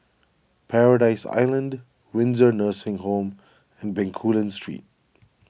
Paradise Island Windsor Nursing Home and Bencoolen Street